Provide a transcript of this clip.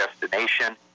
destination